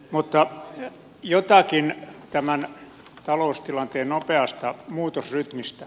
mutta jotakin tämän taloustilanteen nopeasta muutosrytmistä